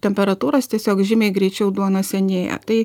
temperatūros tiesiog žymiai greičiau duona senėja tai